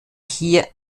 hier